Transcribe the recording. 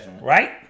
right